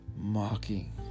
mocking